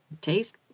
taste